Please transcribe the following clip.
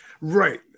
Right